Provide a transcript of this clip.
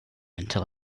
until